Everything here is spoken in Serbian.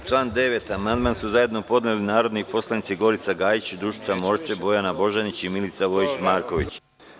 Na član 9. amandman su zajedno podneli narodni poslanici Gorica Gajić, Dušica Morčev, Bojana Božanić i Milica Vojić Marković.